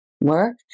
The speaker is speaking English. work